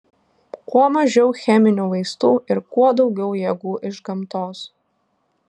kuo mažiau cheminių vaistų ir kuo daugiau jėgų iš gamtos